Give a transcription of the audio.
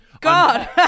god